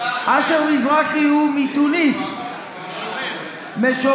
אשר מזרחי הוא מתוניס, משורר,